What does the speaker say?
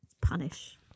punish